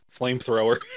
Flamethrower